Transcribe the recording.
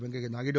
Venkaiah Naidu